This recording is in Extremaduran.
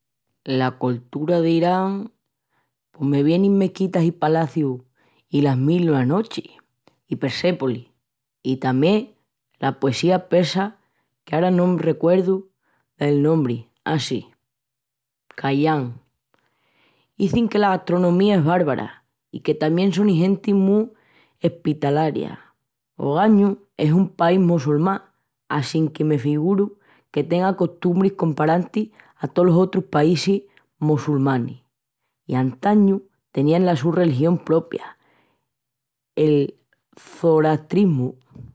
La coltura d'Irán... pos me vienin mesquitas i palacius i las mil i una nochis. I Persépolis. I tamién la poesía persa qu'ara no me recuerdu del nombri, a, sí, Khayyam. Izin que la gastronomía es bárbara i que tamién sonin genti mu espitalaria. Ogañu es un país mossulmán assinque me figuru que tenga costumbris comparantis a tolos otrus paísis mossulmanis. I antañu tenían la su religión propia, el çorastrismu.